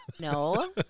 No